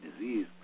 disease